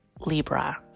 Libra